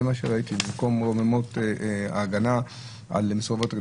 במקום רוממות ההגנה על מסורבות הגט.